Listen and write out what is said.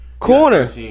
Corner